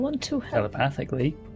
telepathically